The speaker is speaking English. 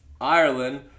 Ireland